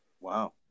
Wow